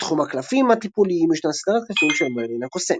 בתחום הקלפים הטיפוליים ישנה סדרת קלפים של מרלין הקוסם.